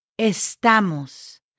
Estamos